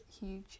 huge